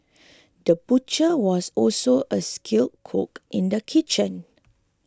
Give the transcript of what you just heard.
the butcher was also a skilled cook in the kitchen